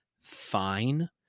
fine